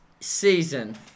season